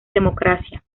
democracia